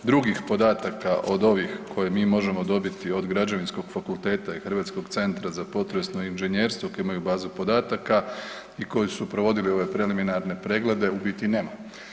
Drugih podataka od ovih koje mi možemo dobiti od Građevinskog fakulteta i Hrvatskog centra za potresno inženjerstvo koji imaju bazu podataka i koji su provodili ove preliminarne preglede u biti nema.